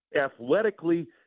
athletically